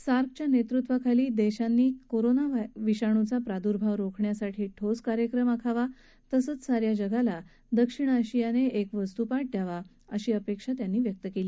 सार्कच्या नस्त्विाखाली दक्षीनी कोरोना विषाणूचा प्रादुर्भाव रोखण्यासाठी ठोस कार्यक्रम आखावा तसंच सा या जगाला दक्षिण आशियानाक्रिक वस्तुपाठ द्यावा अशी अपक्षि त्यांनी व्यक्त क्ली